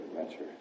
adventure